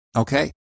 okay